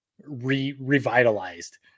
revitalized